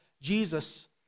Jesus